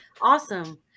awesome